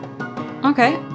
Okay